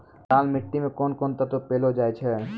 लाल मिट्टी मे कोंन कोंन तत्व पैलो जाय छै?